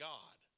God